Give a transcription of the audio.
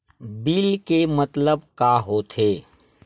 Bill के मतलब का होथे?